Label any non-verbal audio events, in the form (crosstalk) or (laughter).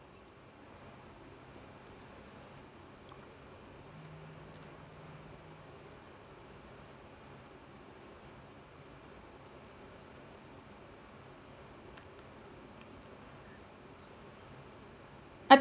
(noise) I